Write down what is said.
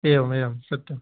एवमेवं सत्यम्